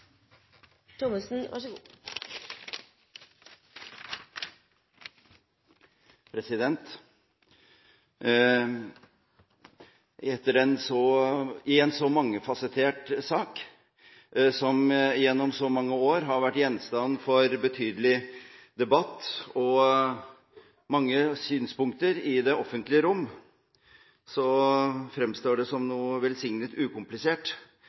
I en så mangefasettert sak, som gjennom så mange år har vært gjenstand for betydelig debatt og mange synspunkter i det offentlige rom, fremstår det som noe velsignet ukomplisert